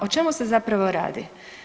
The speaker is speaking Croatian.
O čemu se zapravo radi?